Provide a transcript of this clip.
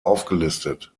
aufgelistet